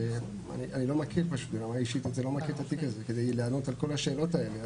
אני לא מכיר את התיק הזה כדי לענות על כל השאלות האלה.